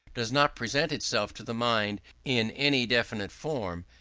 does not present itself to the mind in any definite form,